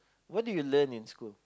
what did you learn in school